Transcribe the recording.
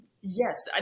Yes